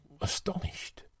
astonished